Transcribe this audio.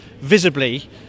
visibly